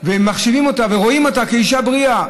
ומחשיבים אותה, רואים אותה כאישה בריאה?